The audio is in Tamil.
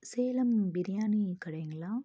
சேலம் பிரியாணி கடைங்களா